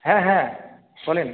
হ্যাঁ হ্যাঁ শুনুন